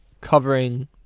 covering